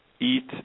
eat